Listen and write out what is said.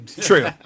True